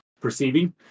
perceiving